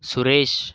Suresh